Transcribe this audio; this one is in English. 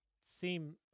seem